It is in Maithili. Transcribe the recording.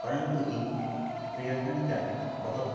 परन्तु ई पर्यटनके बहुत